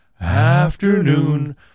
afternoon